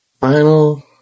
Final